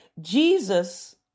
Jesus